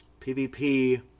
PvP